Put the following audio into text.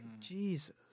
Jesus